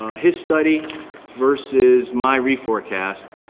ah his study versus my re-forecast,